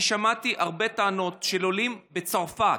אני שמעתי הרבה טענות של עולים בצרפת,